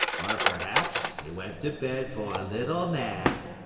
or, perhaps, he went to bed for a little nap,